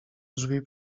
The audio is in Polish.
drzwi